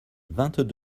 vingt